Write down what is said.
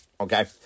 okay